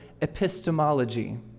epistemology